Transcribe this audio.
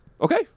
Okay